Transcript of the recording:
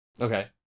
Okay